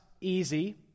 easy